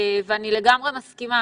אני לגמרי מסכימה